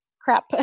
crap